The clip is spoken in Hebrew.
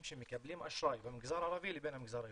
שמקבלים אשראי במגזר הערבי לבין המגזר היהודי.